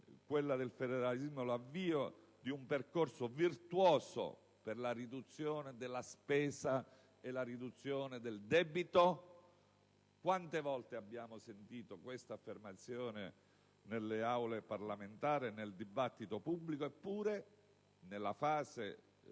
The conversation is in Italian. differenti, l'avvio di un percorso virtuoso per la riduzione della spesa e del debito? Quante volte abbiamo sentito questa affermazione nelle Aule parlamentari e nel dibattito pubblico? Eppure, nella fase